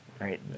right